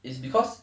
it's because